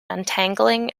untangling